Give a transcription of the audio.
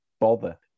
bother